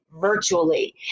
virtually